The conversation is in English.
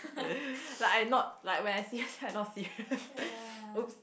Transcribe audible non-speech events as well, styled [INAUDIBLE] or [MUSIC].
[LAUGHS] like I not like when I see her [LAUGHS] I not serious [LAUGHS] !oops!